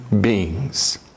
beings